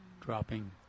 dropping